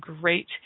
great